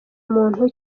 muntu